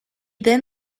then